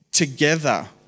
together